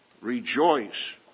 rejoice